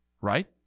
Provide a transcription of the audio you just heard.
right